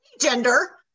gender